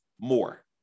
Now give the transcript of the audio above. more